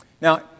Now